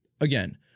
again